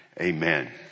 amen